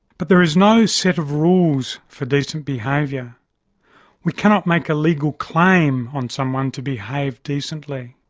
but there is no set of rules for decent behaviour we cannot make a legal claim on someone to behave decently.